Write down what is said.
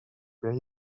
where